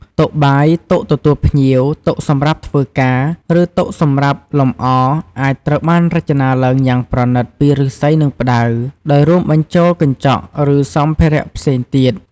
តុបាយ តុទទួលភ្ញៀវ តុសម្រាប់ធ្វើការ ឬតុសម្រាប់តាំងលម្អ អាចត្រូវបានរចនាឡើងយ៉ាងប្រណិតពីឫស្សី និងផ្តៅ ដោយរួមបញ្ចូលកញ្ចក់ ឬសម្ភារៈផ្សេងទៀត។